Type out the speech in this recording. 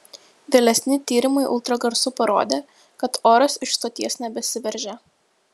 vėlesni tyrimai ultragarsu parodė kad oras iš stoties nebesiveržia